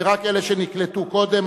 זה רק אלה שנקלטו קודם.